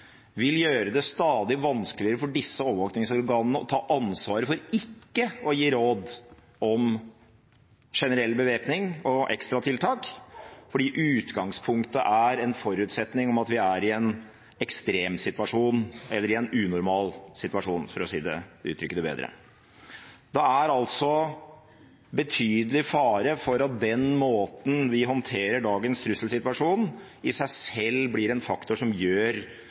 vil gjøre det stadig vanskeligere for disse overvåkningsorganene å ta ansvaret for ikke å gi råd om generell bevæpning og ekstratiltak, fordi utgangspunktet er en forutsetning om at vi er i en ekstremsituasjon – eller i en unormal situasjon, for å uttrykke det bedre. Det er altså betydelig fare for at den måten vi håndterer dagens trusselsituasjon på, i seg selv blir en faktor som gjør